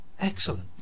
Excellent